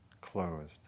closed